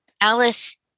Alice